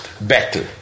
battle